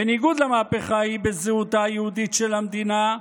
בניגוד למהפכה ההיא בזהותה היהודית של המדינה,